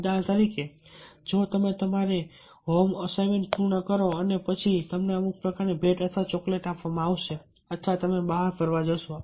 ઉદાહરણ તરીકે જો તમે તમારી હોમ એસાઇનમેન્ટ પૂર્ણ કરો અને પછી તમને અમુક પ્રકારની ભેટ અથવા ચોકલેટ આપવામાં આવશે અથવા તમે બહાર ફરવા જશો